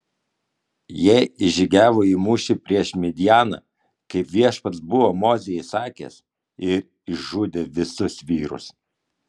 jie išžygiavo į mūšį prieš midjaną kaip viešpats buvo mozei įsakęs ir išžudė visus vyrus